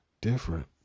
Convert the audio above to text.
different